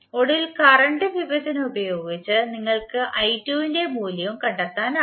ഒടുവിൽ കറണ്ട് വിഭജനം ഉപയോഗിച്ച് നിങ്ങൾക്ക് ന്റെ മൂല്യം കണ്ടെത്താനാകും